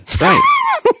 Right